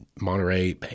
Monterey